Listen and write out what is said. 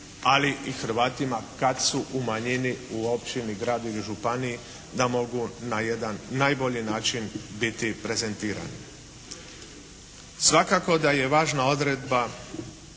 ali i Hrvatima kad su u manjini u općini, grad ili županiji da mogu na jedan najbolji način biti prezentirani. Svakako da je važna odredba